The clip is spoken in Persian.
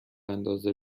اندازه